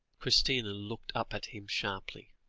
christina looked up at him sharply,